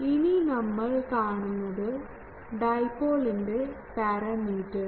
ഇനി നമ്മൾ കാണുന്നത് ഡൈപോളിൻറെ പാരാമീറ്റർ